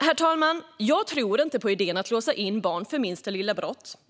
Herr talman! Jag tror inte på idén att låsa in barn för minsta lilla brott.